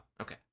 okay